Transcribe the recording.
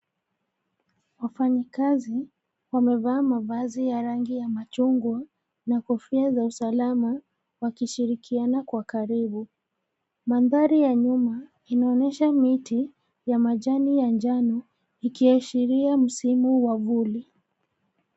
Wafanyikazi wamevaa mavazi ya rangi ya machungwa na kofia za usalama, wakishirikiana kwa karibu. Mandhari ya nyuma inaonyesha miti ya majani ya njano ikiashiria msimu wa vuli.